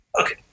Okay